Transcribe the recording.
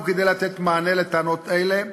וכדי לתת מענה לטענות אלה,